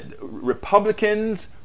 Republicans